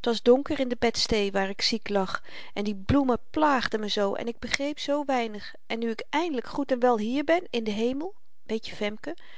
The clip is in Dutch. t was donker in de bedstee waar ik ziek lag en die bloemen plaagden me zoo en ik begreep zoo weinig en nu ik eindelyk goed en wel hier ben in den hemel weetje